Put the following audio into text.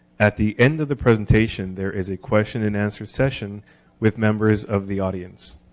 at the end of the presentation, there is a question-and-answer session with members of the audience.